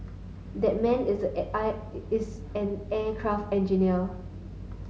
that man is is an aircraft engineer